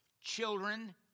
children